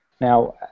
Now